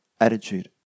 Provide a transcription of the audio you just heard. attitude